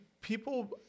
People